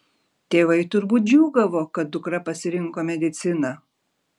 tėvai turbūt džiūgavo kad dukra pasirinko mediciną